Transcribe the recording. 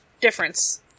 difference